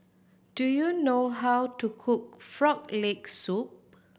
do you know how to cook Frog Leg Soup